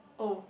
oh